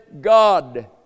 God